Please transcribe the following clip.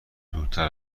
دورتر